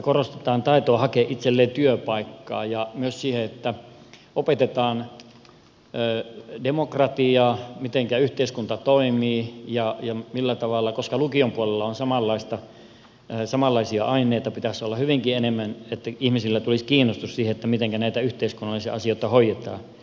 korostetaan taitoa hakea itselleen työpaikkaa ja opetetaan demokratiaa sitä mitenkä yhteiskunta toimii ja millä tavalla koska lukion puolella on samanlaisia aineita ja niitä pitäisi olla hyvinkin paljon enemmän että ihmisillä tulisi kiinnostus siihen mitenkä näitä yhteiskunnallisia asioita hoidetaan